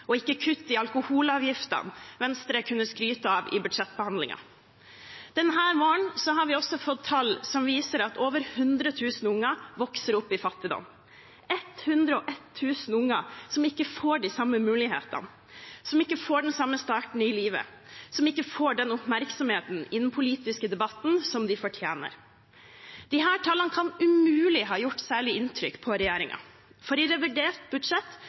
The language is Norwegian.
og ikke kutt i alkoholavgiftene Venstre kunne skryte av i budsjettbehandlingen. Denne våren har vi også fått tall som viser at over 100 000 unger vokser opp i fattigdom – 101 000 unger som ikke får de samme mulighetene, som ikke får den samme starten i livet, som ikke får den oppmerksomheten i den politiske debatten som de fortjener. Disse tallene kan umulig ha gjort særlig inntrykk på regjeringen, for i revidert budsjett